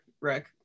Rick